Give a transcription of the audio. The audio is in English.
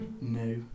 No